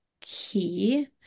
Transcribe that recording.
key